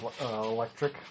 electric